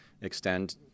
extend